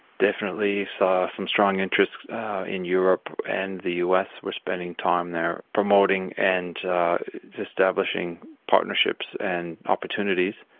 definitely saw some strong interest in europe and the us. we're spending time there promoting and establishing partnerships and opportunities.